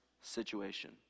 situation